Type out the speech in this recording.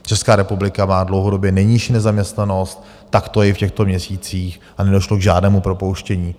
Česká republika má dlouhodobě nejnižší nezaměstnanost, tak to je i v těchto měsících, a nedošlo k žádnému propouštění.